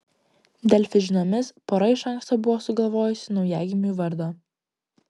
delfi žiniomis pora iš anksto buvo sugalvojusi naujagimiui vardą